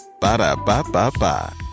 Ba-da-ba-ba-ba